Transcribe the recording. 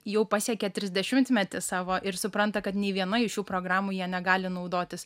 jau pasiekė trisdešimtmetį savo ir supranta kad nė viena iš šių programų jie negali naudotis